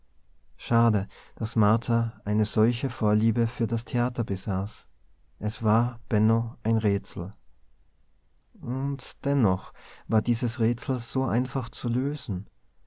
schade daß martha eine solche vorliebe für das theater besaß es war benno ein rätsel und dennoch war dieses rätsel so einfach zu lösen